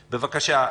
בבקשה.